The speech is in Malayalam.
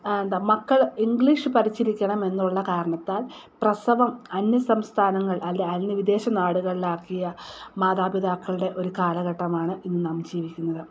എന്താ മക്കൾ ഇംഗ്ലീഷ് പഠിച്ചിരിക്കണമെന്നുള്ള കാരണത്താൽ പ്രസവം അന്യ സംസ്ഥാനങ്ങൾ അല്ലെങ്കിൽ വിദേശ നാടുകളിലാക്കിയ മാതാപിതാക്കളുടെ ഒരു കാലഘട്ടമാണ് ഇന്നു നാം ജീവിക്കുന്നത്